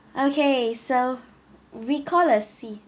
okay so recall a scene